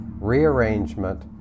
rearrangement